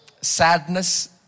sadness